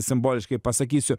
simboliškai pasakysiu